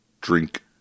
drink